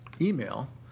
email